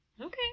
Okay